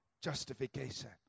justification